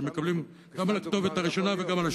ומקבלים גם על הכתובת הראשונה וגם על השנייה.